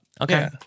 okay